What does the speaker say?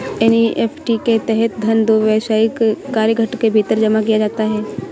NEFT के तहत धन दो व्यावसायिक कार्य घंटों के भीतर जमा किया जाता है